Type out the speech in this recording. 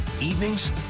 evenings